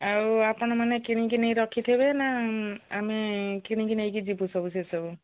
ଆଉ ଆପଣ ମାନେ କିଣିକି ନେଇ ରଖିଥିବେ ନା ଆମେ କିଣିକି ନେଇକି ଯିବୁ ସବୁ ସେସବୁ